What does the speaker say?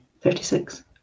thirty-six